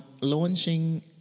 launching